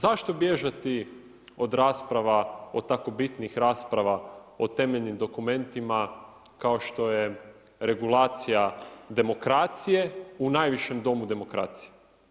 Zašto bježati od rasprava od tako bitnih rasprava o temeljnim dokumentima kao što je regulacija demokracije u najvišem domu demokracije?